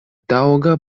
taŭga